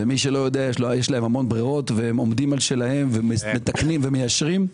והם עומדים על שלהם ומתקנים ומיישרים.